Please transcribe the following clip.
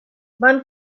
van